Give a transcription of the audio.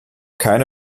keine